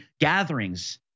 gatherings